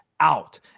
out